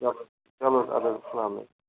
چلو چلو حظ اَدٕ حظ السلام علیکُم